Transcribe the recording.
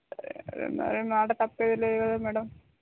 మరి మాట తప్పేది లేదు కదా మ్యాడమ్